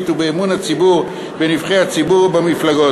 ובאמון הציבור בנבחרי הציבור ובמפלגות.